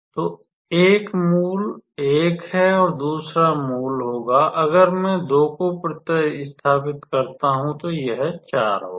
तो एक मूल 1 है और दूसरा मूल होगा अगर मैं 2 को प्रतिस्थापित करता हूं तो यह 4 होगा